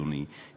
אדוני,